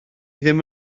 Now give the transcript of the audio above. ddim